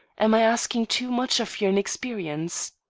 am i asking too much of your inexperience?